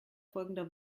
folgender